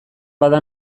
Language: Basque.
bada